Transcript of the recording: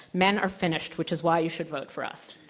men are finished, which is why you should vote for us.